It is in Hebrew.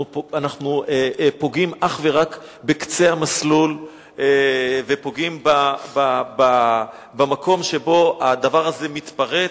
אנחנו פוגעים אך ורק בקצה המסלול ופוגעים במקום שבו הדבר הזה מתפרץ,